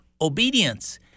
obedience